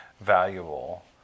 valuable